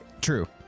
True